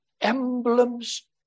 emblems